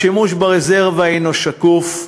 השימוש ברזרבה שקוף,